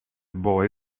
boy